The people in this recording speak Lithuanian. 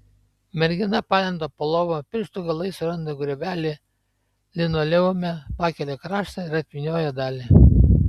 mergina palenda po lova pirštų galais suranda griovelį linoleume pakelia kraštą ir atvynioja dalį